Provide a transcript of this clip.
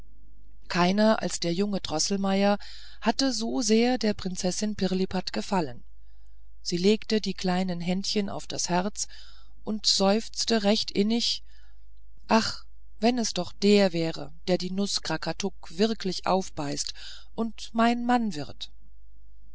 keiner als der junge droßelmeier hatte so sehr der prinzessin pirlipat gefallen sie legte die kleinen händchen auf das herz und seufzte recht innig ach wenn es doch der wäre der die nuß krakatuk wirklich aufbeißt und mein mann wird